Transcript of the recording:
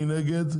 מי נגד?